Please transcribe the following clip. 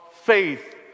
faith